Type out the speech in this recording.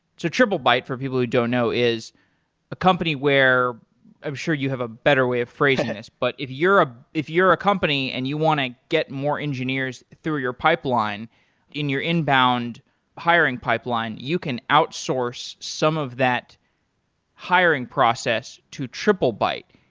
so triplebyte, for people who don't know, is a company where i'm sure you have a better way of phrasing this, but if you're ah a company and you want to get more engineers through your pipeline in your inbound hiring pipeline, you can outsource some of that hiring process to triplebyte.